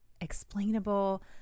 explainable